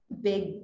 big